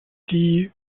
die